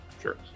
sure